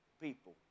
people